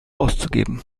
auszugeben